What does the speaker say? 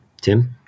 tim